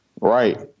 Right